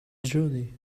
journey